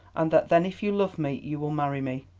and that then if you love me you will marry me.